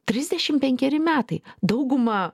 trisdešimt penkeri metai dauguma